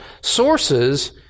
sources